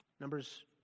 Numbers